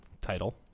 title